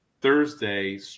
Thursday